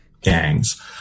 gangs